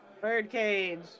Birdcage